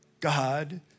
God